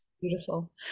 Beautiful